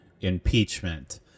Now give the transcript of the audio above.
impeachment